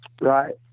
right